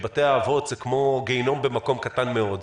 שבתי האבות זה כמו גיהינום במקום קטן מאוד.